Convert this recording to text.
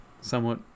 somewhat